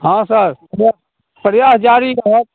हँ सर अब सर इएह जारी रहत